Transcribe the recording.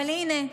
אבל הינה,